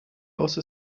also